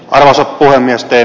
aihe sopi nesteen